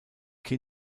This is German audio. die